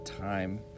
time